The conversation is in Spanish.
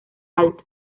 alto